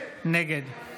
נגד יפעת